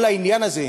כל העניין הזה,